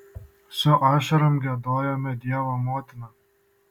su ašarom giedojome dievo motiną